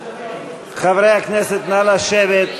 נא לשבת.